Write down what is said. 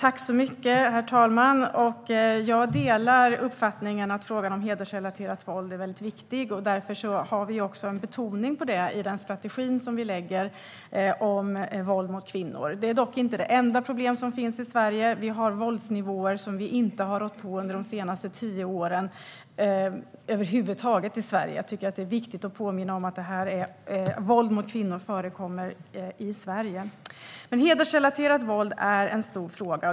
Herr talman! Jag delar uppfattningen om att frågan om hedersrelaterat våld är väldigt viktig. Därför har vi också en betoning på detta i den strategi mot våld mot kvinnor som vi lägger fram. Det här är dock inte det enda problem vi har i Sverige; vi har våldsnivåer som vi över huvud taget inte har rått på under de senaste tio åren. Jag tycker att det är viktigt att påminna om att våld mot kvinnor förekommer i Sverige. Hedersrelaterat våld är en stor fråga.